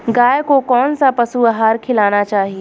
गाय को कौन सा पशु आहार खिलाना चाहिए?